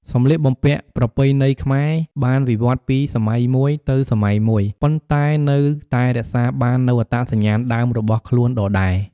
សម្លៀកបំពាក់ប្រពៃណីខ្មែរបានវិវត្តន៍ពីសម័យមួយទៅសម័យមួយ ប៉ុន្តែនៅតែរក្សាបាននូវអត្តសញ្ញាណដើមរបស់ខ្លួនដដែល។